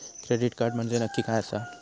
Credit card म्हंजे नक्की काय आसा?